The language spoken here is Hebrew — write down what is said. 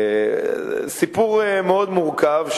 סיפור מאוד מורכב,